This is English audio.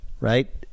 right